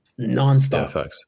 nonstop